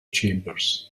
chambers